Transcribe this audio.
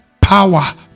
power